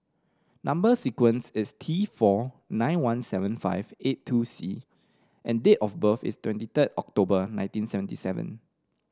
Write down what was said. number sequence is T four nine one seven five eight two C and date of birth is twenty three October nineteen seventy seven